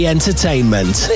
Entertainment